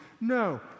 No